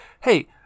Hey